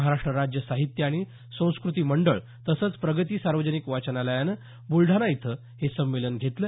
महाराष्ट्र राज्य साहित्य आणि संस्कृती मंडळ तसंच प्रगती सार्वजनिक वाचनालयानं बुलढाणा इथं हे संमेलन घेतलं